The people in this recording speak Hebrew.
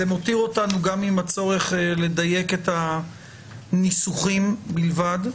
מותיר אותנו גם עם הצורך לדייק את הניסוחים בלבד,